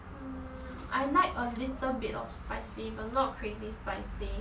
hmm I like a little bit of spicy but not crazy spicy